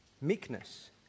meekness